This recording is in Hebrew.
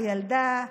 הילדה,